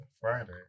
Friday